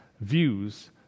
views